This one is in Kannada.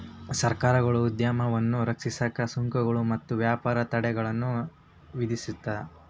ಸರ್ಕಾರಗಳು ಉದ್ಯಮವನ್ನ ರಕ್ಷಿಸಕ ಸುಂಕಗಳು ಮತ್ತ ವ್ಯಾಪಾರ ತಡೆಗಳನ್ನ ವಿಧಿಸುತ್ತ